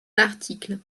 l’article